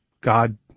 God